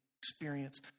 experience